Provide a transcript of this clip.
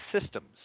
systems